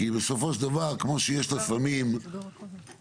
כי בסופו של דבר, כמו שיש לפעמים בעלי